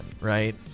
right